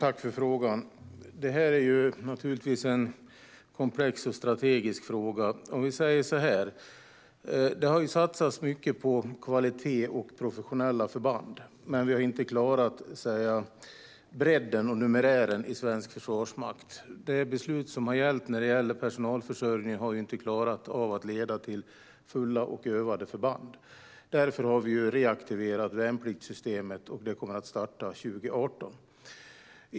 Herr talman! Det här är naturligtvis en komplex och strategisk fråga. Det har satsats mycket på kvalitet och professionella förband, men vi har inte klarat bredden och numerären i svensk försvarsmakt. Beslut gällande personalförsörjningen har inte lett till fulla och övade förband. Därför har vi reaktiverat värnpliktssystemet, som kommer att starta 2018.